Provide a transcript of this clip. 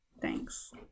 Thanks